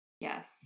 Yes